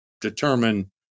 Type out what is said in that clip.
determine